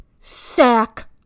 sack